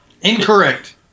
Incorrect